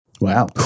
Wow